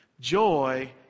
joy